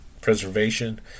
preservation